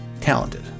talented